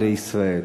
לישראל.